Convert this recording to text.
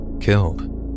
killed